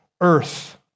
earth